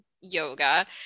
yoga